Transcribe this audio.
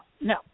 no